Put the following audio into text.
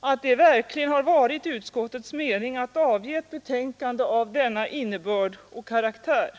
att det verkligen varit utskottets mening att avge ett betänkande av denna innebörd och karaktär.